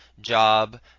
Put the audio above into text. job